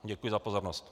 Děkuji za pozornost.